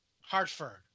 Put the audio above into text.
Hartford